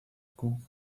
kung